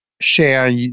share